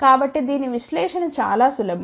కాబట్టి దీని విశ్లేషణ చాలా సులభం